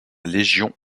légion